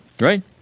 right